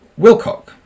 Wilcock